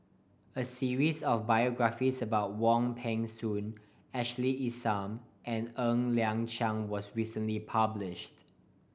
a series of biographies about Wong Peng Soon Ashley Isham and Ng Liang Chiang was recently published